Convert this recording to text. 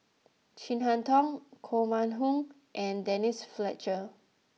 Chin Harn Tong Koh Mun Hong and Denise Fletcher